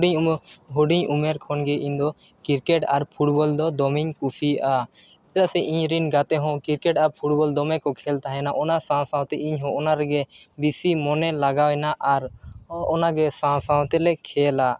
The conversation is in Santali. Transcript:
ᱦᱩᱰᱤᱧ ᱩᱢᱮᱨ ᱦᱩᱰᱤᱧ ᱩᱢᱮᱨ ᱠᱷᱚᱱᱜᱮ ᱤᱧᱫᱚ ᱟᱨ ᱫᱚ ᱫᱚᱢᱮᱧ ᱠᱩᱥᱤᱭᱟᱜᱼᱟ ᱪᱮᱫᱟᱜ ᱥᱮ ᱤᱧᱨᱮᱱ ᱜᱟᱛᱮᱦᱚᱸ ᱟᱨ ᱫᱚᱢᱮ ᱠᱚ ᱠᱷᱮᱹᱞ ᱛᱟᱦᱮᱱᱟ ᱚᱱᱟ ᱥᱟᱶᱼᱥᱟᱶᱛᱮ ᱤᱧᱦᱚᱸ ᱚᱱᱟ ᱨᱮᱜᱮ ᱵᱤᱥᱤ ᱢᱚᱱᱮ ᱞᱟᱜᱟᱣᱮᱱᱟ ᱟᱨ ᱚᱱᱟᱜᱮ ᱥᱟᱶᱼᱥᱟᱶᱛᱮᱞᱮ ᱠᱷᱮᱹᱞᱟ